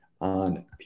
on